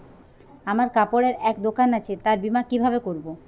আমার কাপড়ের এক দোকান আছে তার বীমা কিভাবে করবো?